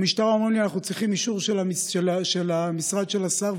במשטרה אומרים לי: אנחנו צריכים אישור של המשרד של השר,